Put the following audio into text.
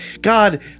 God